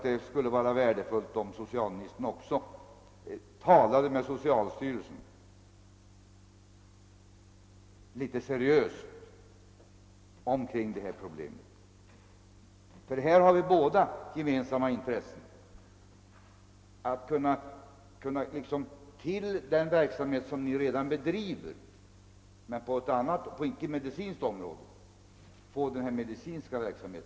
Det skulle vara värdefullt om socialministern också talade litet seriöst med socialstyrelsen kring dessa problem. Här har vi båda gemensamma intressen att utöver den verksamhet som redan bedrives från icke medicinskt håll också få i gång denna medicinska verksamhet.